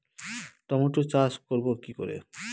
টমেটোর চাষ করব কি করে?